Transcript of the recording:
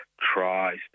tries